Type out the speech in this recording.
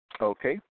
Okay